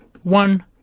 one